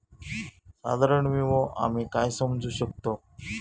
साधारण विमो आम्ही काय समजू शकतव?